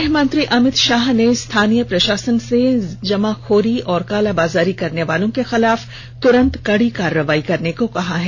गहमंत्री अमित शाह ने स्थानीय प्रशासन से जमाखोरी और कालाबाजारी करने वालों के खिलाफ तुरंत कड़ी कार्रवाई करने को कहा है